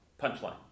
punchline